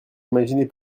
imaginer